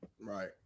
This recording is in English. Right